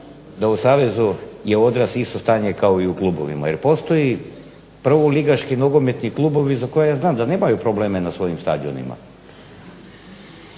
je u savezu isto stanje kao i u klubovima, jer postoji prvoligaški nogometni klubovi za koje ja znam da nemaju probleme na svojim stadionima.